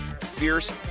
fierce